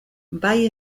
bai